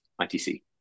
ITC